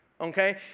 okay